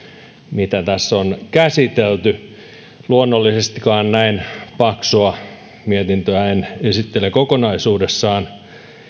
mitä tässä on käsitelty luonnollisestikaan näin paksua mietintöä en esittele kokonaisuudessaan